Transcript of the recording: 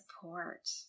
support